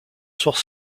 sort